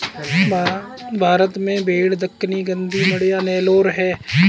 भारत में भेड़ दक्कनी, गद्दी, मांड्या, नेलोर है